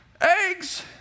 eggs